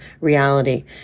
reality